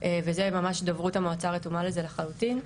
וזה ממש דוברות המועצה רתומה לזה לחלוטין.